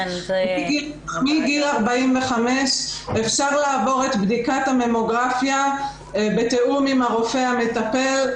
מגיל 45 אפשר לעבור את בדיקת הממוגרפיה בתיאום עם הרופא המטפל.